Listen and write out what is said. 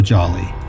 Jolly